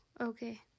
okay